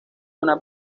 una